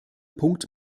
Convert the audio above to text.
punkt